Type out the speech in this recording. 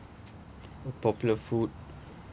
popular food